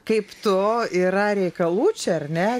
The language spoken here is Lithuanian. kaip tu yra reikalų čia ar ne